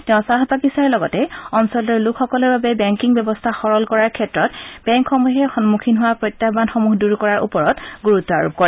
তেওঁ চাহ বাগিচাৰ লগতে অঞ্চলটোৰ লোকসকলৰ বাবে বেংকিং ব্যৱস্থা সৰল কৰাৰ ক্ষেত্ৰত বেংকসমূহে সন্মুখীন হোৱা প্ৰত্যাহানসমূহ দূৰ কৰাৰ ওপৰত গুৰুত্ব আৰোপ কৰে